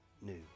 new